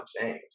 James